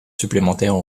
supplémentaires